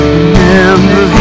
Remember